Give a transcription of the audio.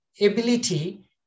ability